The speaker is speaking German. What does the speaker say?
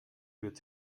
wird